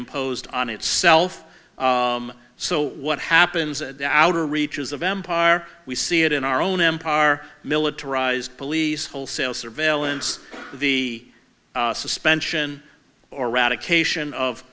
imposed on itself so what happens at the outer reaches of empire are we see it in our own empire our militarized police wholesale surveillance the suspension or